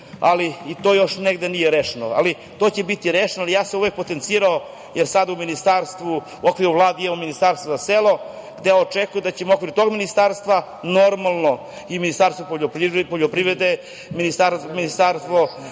ali i to još negde nije rešeno, ali to će biti rešeno. Ja sam uvek potencirao, jer sad u ministarstvu u okviru Vlade imamo Ministarstva za selo, gde očekujem da ćemo u okviru tog Ministarstva normalno i Ministarstva poljoprivrede, Ministarstva